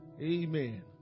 Amen